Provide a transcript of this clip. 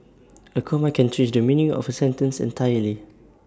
A comma can change the meaning of A sentence entirely